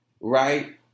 right